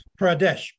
Pradesh